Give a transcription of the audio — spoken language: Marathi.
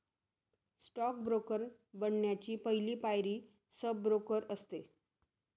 स्टॉक ब्रोकर बनण्याची पहली पायरी सब ब्रोकर असते